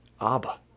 Abba